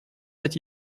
cette